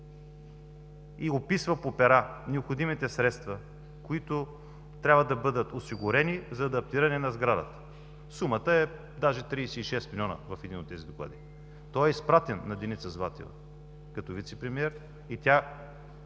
и описва по пера необходимите средства, които трябва да бъдат осигурени за адаптиране на сградата. Сумата е даже 36 милиона, в един от тези доклади. Той е изпратен на Деница Златева като вицепремиер и тя